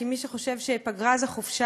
כי מי שחושב שפגרה זו חופשה,